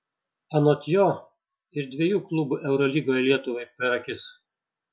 anot jo ir dviejų klubų eurolygoje lietuvai per akis